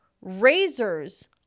razors